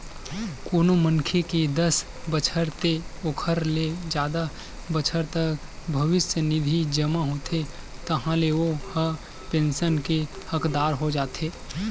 कोनो मनखे के दस बछर ते ओखर ले जादा बछर तक भविस्य निधि जमा होथे ताहाँले ओ ह पेंसन के हकदार हो जाथे